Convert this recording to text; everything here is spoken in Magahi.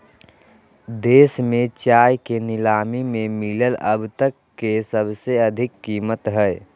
देश में चाय के नीलामी में मिलल अब तक सबसे अधिक कीमत हई